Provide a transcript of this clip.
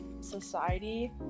society